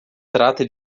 trata